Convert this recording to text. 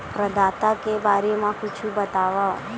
प्रदाता के बारे मा कुछु बतावव?